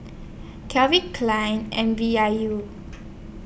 Calvin Klein and V I U